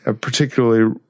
particularly